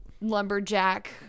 lumberjack